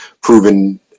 proven